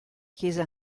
chiesa